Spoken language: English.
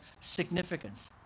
significance